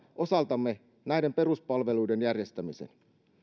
osaltamme turvata näiden peruspalveluiden järjestämisen